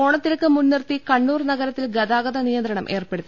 ഓണത്തിരക്ക് മുൻനിർത്തി കണ്ണൂർ നഗരത്തിൽ ഗതാഗത നിയന്ത്രണം ഏർപ്പെടുത്തി